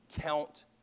Count